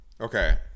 Okay